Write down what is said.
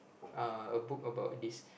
uh a book about this